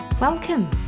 Welcome